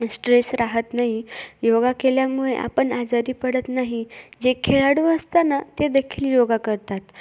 stress राहात नाही योगा केल्यामुळे आपण आजारी पडत नाही जे खेळाडू असताना ते देखील योगा करतात